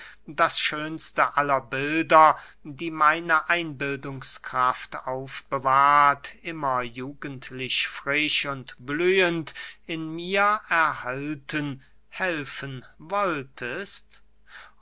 das schönste aller bilder die meine einbildungskraft aufbewahrt immer jugendlich frisch und blühend in mir erhalten helfen wolltest